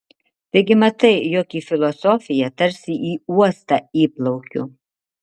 taigi matai jog į filosofiją tarsi į uostą įplaukiu